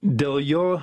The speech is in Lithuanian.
dėl jo